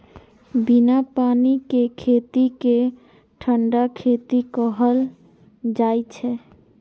बिना पानि के खेती कें ठंढा खेती कहल जाइ छै